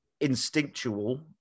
instinctual